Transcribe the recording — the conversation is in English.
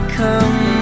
come